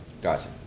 gotcha